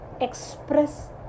express